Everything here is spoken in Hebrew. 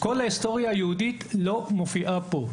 כל ההיסטוריה היהודית לא מופיע פה.